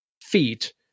feet